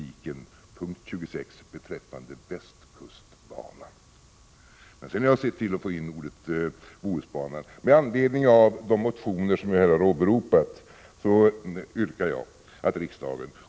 Jag har, herr talman, skrivit ihop ett särskilt yrkande.